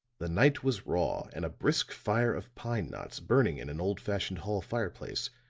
the night was raw and a brisk fire of pine knots burning in an old-fashioned hall fireplace,